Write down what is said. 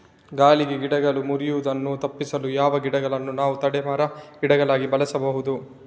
ಗಾಳಿಗೆ ಗಿಡಗಳು ಮುರಿಯುದನ್ನು ತಪಿಸಲು ಯಾವ ಗಿಡಗಳನ್ನು ನಾವು ತಡೆ ಮರ, ಗಿಡಗಳಾಗಿ ಬೆಳಸಬಹುದು?